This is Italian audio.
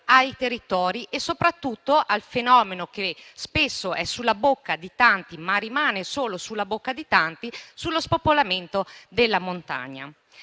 ai territori e soprattutto a un fenomeno che spesso è sulla bocca di tanti (ma rimane solo sulla bocca), quello dello spopolamento della montagna.